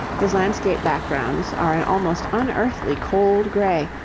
his landscape backgrounds are an almost unearthly cold grey,